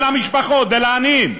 ולמשפחות ולעניים.